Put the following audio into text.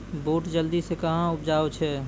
बूट जल्दी से कहना उपजाऊ छ?